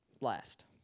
last